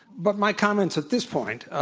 but my comments at this point ah